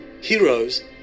heroes